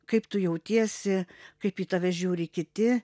kaip tu jautiesi kaip į tave žiūri kiti